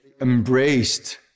embraced